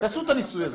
תעשו את הניסוי הזה.